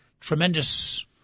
tremendous